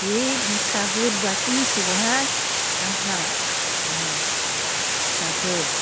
बे बिखा गोरबोआसो मिथिगोहाय आंहा फिसाफोर